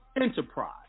Enterprise